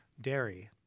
dairy